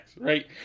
right